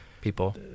people